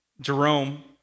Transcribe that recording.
Jerome